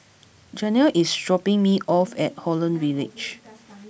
Janiah is dropping me off at Holland Village